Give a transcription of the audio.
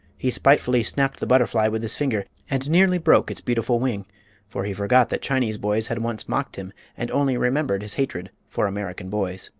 he spitefully snapped the butterfly with his finger, and nearly broke its beautiful wing for he forgot that chinese boys had once mocked him and only remembered his hatred for american boys.